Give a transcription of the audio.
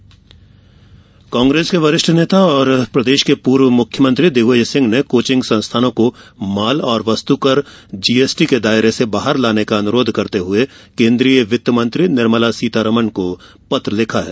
दिग्विजय पत्र कांग्रेस के वरिष्ठ नेता और प्रदेश के पूर्व मुख्यमंत्री दिग्विजय सिंह ने कोचिंग संस्थानों को माल और वस्तु कर जीएसटी के दायरे से बाहर लाने का अनुरोध करते हुए केंद्रीय वित्तमंत्री निर्मला सीतारमन को पत्र लिखा है